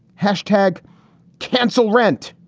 hashtag cancel rent.